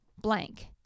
blank